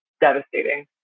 devastating